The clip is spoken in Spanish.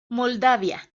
moldavia